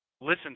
Listen